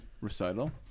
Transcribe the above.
recital